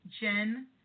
Jen